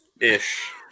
ish